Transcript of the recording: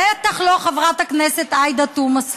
בטח לא חברת הכנסת עאידה תומא סלימאן,